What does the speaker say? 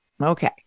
Okay